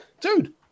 Dude